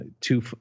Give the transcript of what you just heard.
Two